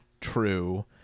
true